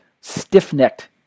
Stiff-necked